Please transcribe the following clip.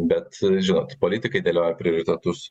bet žinot politikai dėlioja prioritetus